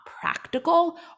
practical